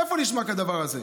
איפה נשמע כדבר הזה?